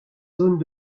zones